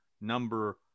number